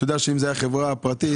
אם זאת הייתה חברה פרטית,